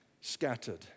scattered